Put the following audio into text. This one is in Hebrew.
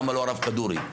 ולא הרב כדורי?